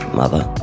mother